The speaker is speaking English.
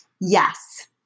yes